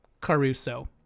Caruso